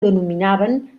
denominaven